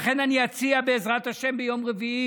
לכן אני אציע, בעזרת השם, ביום רביעי,